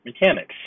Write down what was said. Mechanics